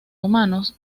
humanos